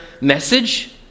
message